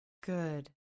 Good